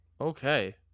okay